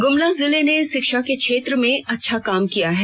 ग्मला जिला ने शिक्षा के क्षेत्र मे अच्छा काम किया है